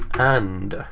and,